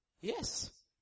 yes